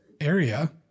area